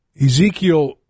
Ezekiel